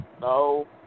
No